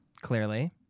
clearly